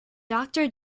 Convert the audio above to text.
doctor